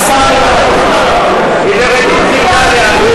השר ארדן, בבקשה.